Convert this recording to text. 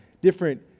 different